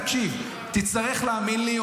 תקשיב, תצטרך להאמין לי.